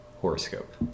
horoscope